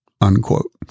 unquote